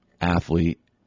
athlete